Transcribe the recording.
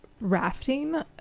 rafting